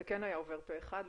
זה כן היה עובר אותו פה-אחד,